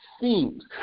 themes